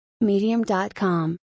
medium.com